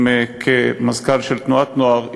אם כמזכ"ל של תנועת נוער,